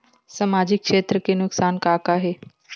सामाजिक क्षेत्र के नुकसान का का हे?